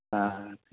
ᱦᱮᱸ ᱦᱮᱸ ᱴᱷᱤᱠ ᱜᱮᱭᱟ